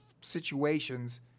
situations